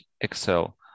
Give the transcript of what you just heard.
Excel